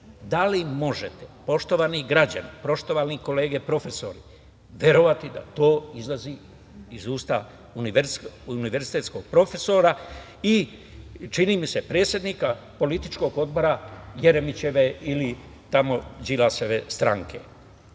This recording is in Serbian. Da li možete, poštovani građani, poštovane kolege profesori, verovati da to izlazi iz usta univerzitetskog profesora i, čini mi se, predsednika političkog odbora Jeremićeve ili Đilasove stranke?